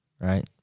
right